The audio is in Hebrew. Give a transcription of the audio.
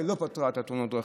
ולא פתרה את תאונות הדרכים.